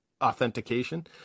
authentication